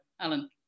Alan